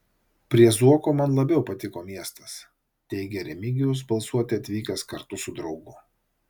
prie zuoko man labiau patiko miestas teigė remigijus balsuoti atvykęs kartu su draugu